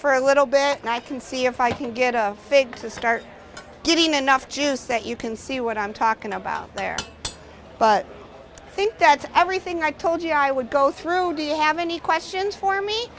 for a little bit and i can see if i can get a fix to start getting enough juice that you can see what i'm talking about there but i think that everything i told you i would go through do you have any questions for me